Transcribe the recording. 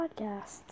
podcasts